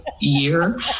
year